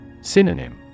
Synonym